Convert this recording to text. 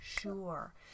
sure